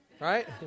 Right